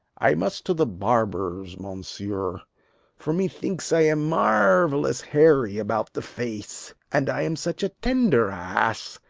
i must to the barber's, mounsieur for methinks i am marvellous hairy about the face and i am such a tender ass,